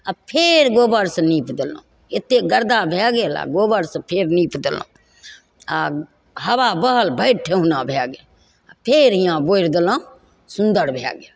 आओर फेर गोबरसँ नीप देलहुँ एते गर्दा भए गेल आओर गोबरसँ फेर नीप देलहुँ आओर हवा बहल भरि ठेहुना भए गेल फेर हियाँ बोरि देलहुँ सुन्दर भए गेल